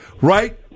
right